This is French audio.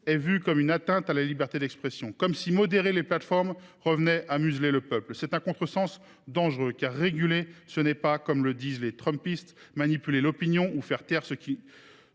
est vue comme une atteinte à la liberté d’expression. Comme si modérer les plateformes revenait à museler le peuple ! C’est un contresens dangereux. Car réguler ne revient pas, comme le disent les trumpistes, à manipuler l’opinion ou à faire taire qui